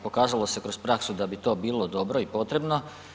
Pokazalo se kroz praksu da bi to bilo dobro i potrebno.